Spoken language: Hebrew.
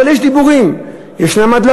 אבל יש דיבורים, יש הדלפות,